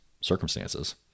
circumstances